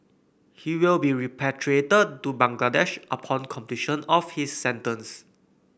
he will be repatriated to Bangladesh upon completion of his sentence